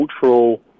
cultural